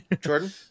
Jordan